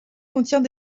contient